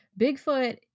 bigfoot